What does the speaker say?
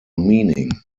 meaning